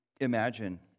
imagine